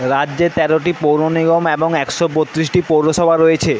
রাজ্যে তেরোটি পৌরনিগম এবং একশো বত্রিশটি পৌরসভা রয়েছে